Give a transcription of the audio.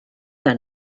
que